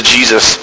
Jesus